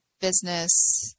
business